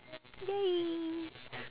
!yay!